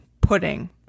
pudding